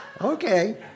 Okay